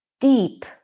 deep